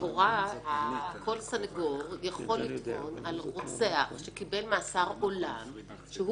כל סניגור יכול לטעון על רוצח שקיבל מאסר עולם שהוא